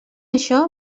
això